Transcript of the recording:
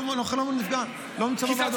לכן אני לא נפגע, לא נמצא בוועדות.